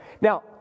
now